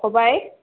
खबाइ